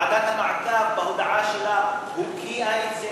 ועדת המעקב בהודעה שלה הוקיעה את זה.